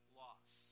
loss